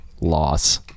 loss